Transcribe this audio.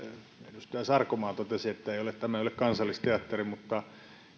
edustaja sarkomaa totesi että tämä ei ole kansallisteatteri